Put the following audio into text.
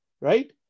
right